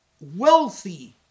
wealthy